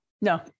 No